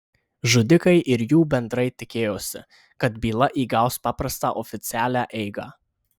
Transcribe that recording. žudikai ir jų bendrai tikėjosi kad byla įgaus paprastą oficialią eigą